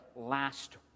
last